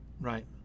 right